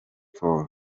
for